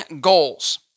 goals